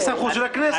זו סמכות של הכנסת.